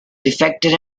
defected